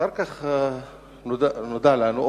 אחר כך נודע לנו,